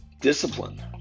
discipline